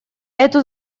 эту